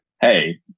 hey